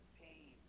pain